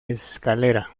escalera